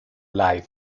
live